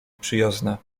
przyjazne